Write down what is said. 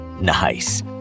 Nice